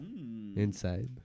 inside